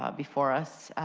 ah before us.